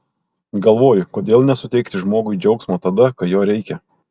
galvoju kodėl nesuteikti žmogui džiaugsmo tada kai jo reikia